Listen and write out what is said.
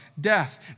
death